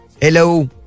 hello